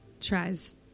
tries